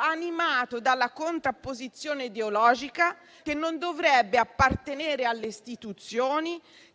animato dalla contrapposizione ideologica, che non dovrebbe appartenere alle istituzioni